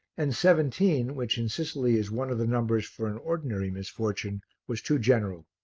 and seventeen, which in sicily is one of the numbers for an ordinary misfortune, was too general.